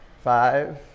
five